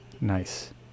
Nice